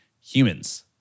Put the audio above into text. humans